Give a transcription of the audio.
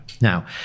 Now